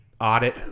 audit